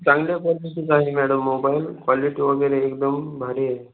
चांगल्या क्वालिटीचा आहे मॅडम मोबाईल क्वालिटी वगैरे एकदम भारी आहे